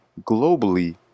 globally